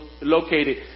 located